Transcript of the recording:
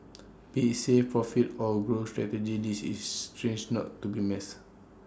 be IT save profit or growth strategies is stage not to be missed